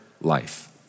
life